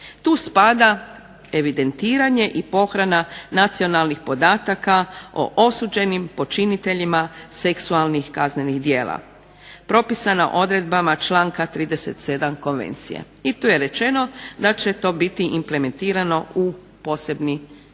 Tu spada evidentiranje i pohrana nacionalnih podataka o osuđenim počiniteljima seksualnih kaznenih djela propisana odredbama članka 37. konvencije. I tu je rečeno da će to biti implementirano u posebni zakon.